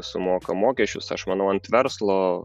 sumoka mokesčius aš manau ant verslo